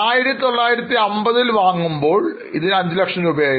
1950 ൽ വാങ്ങുമ്പോൾ ഇതിന് 5 ലക്ഷം രൂപയായിരുന്നു